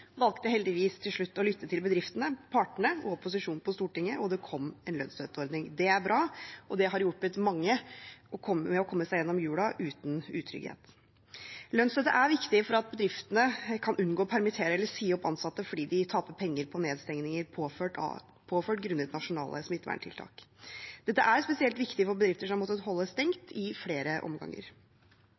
valgte heldigvis til slutt å lytte til bedriftene, partene og opposisjonen på Stortinget, og det kom en lønnsstøtteordning. Det er bra, og det har hjulpet mange med å komme seg gjennom jula uten utrygghet. Lønnsstøtte er viktig for at bedriftene kan unngå å permittere eller si opp ansatte fordi de taper penger på nedstengninger som er påført grunnet nasjonale smitteverntiltak. Dette er spesielt viktig for bedrifter som har måttet holde stengt i flere omganger,